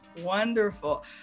Wonderful